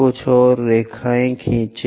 कुछ और रेखाएँ खींचें